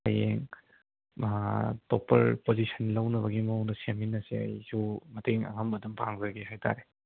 ꯍꯌꯦꯡ ꯇꯣꯞꯄꯔ ꯄꯣꯖꯤꯁꯟ ꯂꯧꯅꯕꯒꯤ ꯃꯑꯣꯡꯗ ꯁꯦꯝꯃꯤꯟꯅꯁꯦ ꯑꯩꯁꯨ ꯃꯇꯦꯡ ꯑꯉꯝꯕ ꯑꯗꯨꯝ ꯄꯥꯡꯖꯒꯦ ꯍꯥꯏꯇꯔꯦ